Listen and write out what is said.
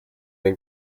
den